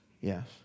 Yes